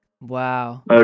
Wow